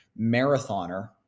marathoner